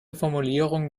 formulierungen